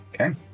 Okay